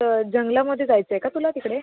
तर जंगलामध्ये जायचं आहे का तुला तिकडे